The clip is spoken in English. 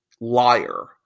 liar